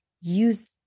use